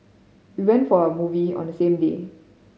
they went for a movie on the same day